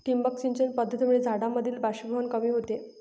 ठिबक सिंचन पद्धतीमुळे झाडांमधील बाष्पीभवन कमी होते